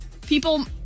people